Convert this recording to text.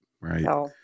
right